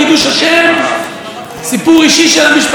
וסיפור אישי של המשפחה שלי יסופר פה בהמשך,